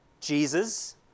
Jesus